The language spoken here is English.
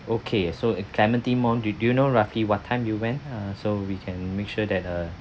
okay so at clementi mall do do you know roughly what time you went uh so we can make sure that uh